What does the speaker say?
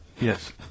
Yes